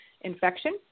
infection